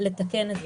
זה קנס.